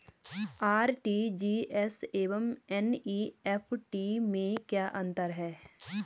RTGS एवं NEFT में क्या अंतर है?